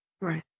right